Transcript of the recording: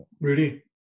Rudy